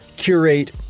curate